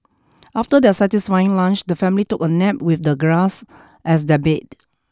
after their satisfying lunch the family took a nap with the grass as their bed